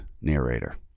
narrator